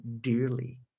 dearly